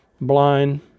blind